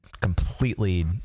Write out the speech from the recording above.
completely